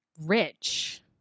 Rich